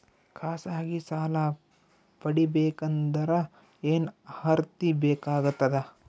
ಖಾಸಗಿ ಸಾಲ ಪಡಿಬೇಕಂದರ ಏನ್ ಅರ್ಹತಿ ಬೇಕಾಗತದ?